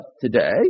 today